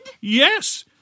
Yes